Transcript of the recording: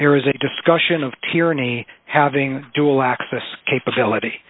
there is a discussion of tyranny having dual access capability